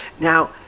Now